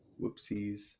whoopsies